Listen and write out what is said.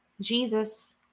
Jesus